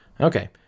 Okay